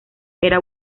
era